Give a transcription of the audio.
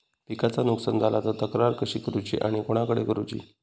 पिकाचा नुकसान झाला तर तक्रार कशी करूची आणि कोणाकडे करुची?